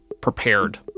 prepared